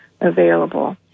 available